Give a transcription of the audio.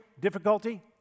difficulty